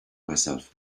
myself